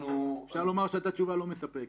שאפשר לומר שהייתה תשובה לא מספקת.